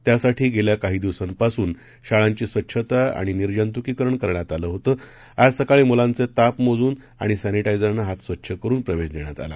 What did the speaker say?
त्यासाठीगेल्याकाहीदिवसांपासूनशाळांचीस्वच्छताआणिनिर्जंतुकीकरणकरण्यातआलं होतंआजसकाळीमुलांचेतापमोजूनआणिसॅनिटायझरनंहातस्वच्छकरूनप्रवेशदेण्यातआला